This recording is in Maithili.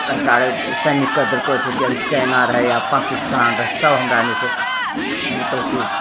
सरकार सैनिकके देलको छै कि अभी चाइना रहै या पकिस्तान रहै सभ हमराअनीसँ मतलब कि